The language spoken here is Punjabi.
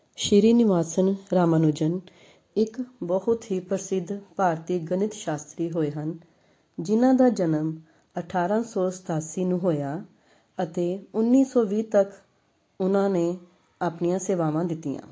ਸ਼੍ਰੀ ਨਿਵਾਸਨ ਰਾਮਾਨੁਜਨ ਇੱਕ ਬਹੁਤ ਹੀ ਪ੍ਰਸਿੱਧ ਭਾਰਤੀ ਗਣਿਤ ਸ਼ਾਸਤਰੀ ਹੋਏ ਹਨ ਜਿਨ੍ਹਾਂ ਦਾ ਜਨਮ ਅਠਾਰਾਂ ਸੌ ਸਤਾਸੀ ਨੂੰ ਹੋਇਆ ਅਤੇ ਉੱਨੀ ਸੌ ਵੀਹ ਤੱਕ ਉਹਨਾਂ ਨੇ ਆਪਣੀਆਂ ਸੇਵਾਵਾਂ ਦਿੱਤੀਆਂ